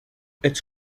its